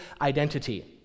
identity